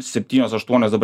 septynios aštuonios dabar